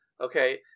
okay